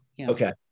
Okay